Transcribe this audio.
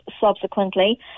subsequently